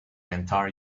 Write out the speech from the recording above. entire